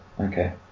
Okay